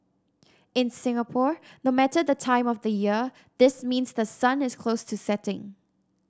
in Singapore no matter the time of the year this means the sun is close to setting